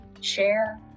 share